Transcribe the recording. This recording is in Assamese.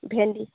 ভেণ্ডি